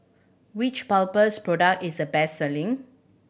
which Papulex product is the best selling